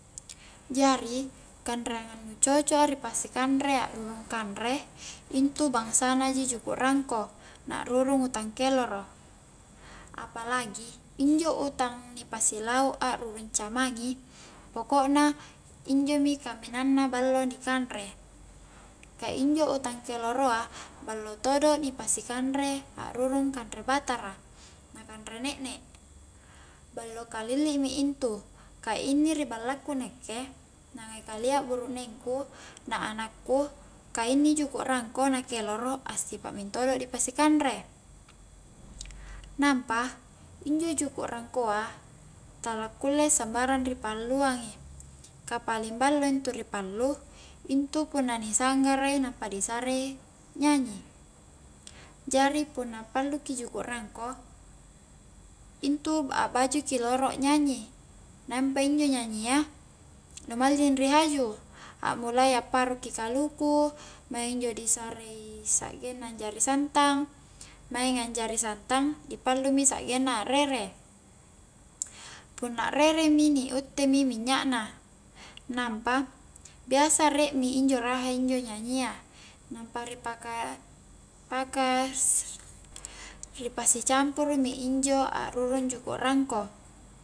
Jari kanreangang nu cocok a ri pasi kanre a'rurung kanre intu a'bangsa juku' rangko, na a'rurung utang keloro apalagi, injo utang ni pasi lau' rurung camangi pokokna injo mi kaminang na ballo dikanre ka injo utang keloroa ballo todo ni pasi kanre a'rurung kanre batara na kanre ne'ne ballo kalilli mi intu ka inni ri ballaku nakke na ngai kalia burukneng ku na anakku ka inni juku' rangko na keloro assipa mentodo dipasi kanre nampa, injo juku' rangkoa tala kulle sambarang ri palluang i ka paling ballo intu ri pallu intu punna ni sanggarai nampa ni sarei nyanyi jari punna pallu ki juku' rangko intu akbaju ki loro nyanyi' nampa injo nyanyi'a nu malling ri haju ammulai ki a'paru ki kaluku maing injo disarei sa'genna anjari santang, maingi anjari santang ni pallu mi sa'genna a'rere punna a'rere mi ni utte mi minnya na, nampa biasa rie mi injo raha injo nyanyi' a nampa biasa riek mi injo raha injo nyanyi a nampa ri paka-paka ri pasi campuru mi injo a'rurung juku rangko